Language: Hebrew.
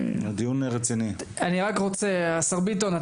אני רק רוצה השר ביטון,